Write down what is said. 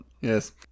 yes